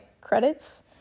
credits